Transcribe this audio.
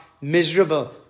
miserable